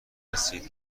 هستید